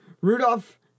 Rudolph